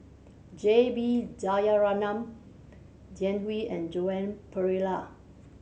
J B Jeyaretnam Jiang Hu and Joan Pereira